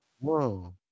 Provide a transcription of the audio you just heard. Whoa